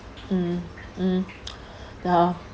mm mm ya